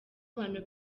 abantu